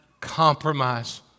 compromise